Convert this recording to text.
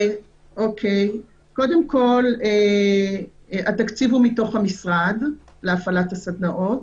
קודם כול, התקציב להפעלת הסדנאות הוא מתוך המשרד.